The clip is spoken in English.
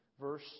Verse